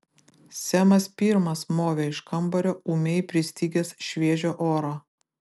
semas pirmas movė iš kambario ūmiai pristigęs šviežio oro